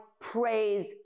praise